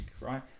right